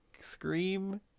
Scream